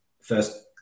first